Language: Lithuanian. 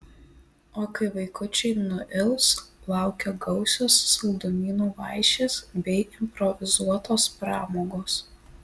o kai vaikučiai nuils laukia gausios saldumynų vaišės bei improvizuotos pramogos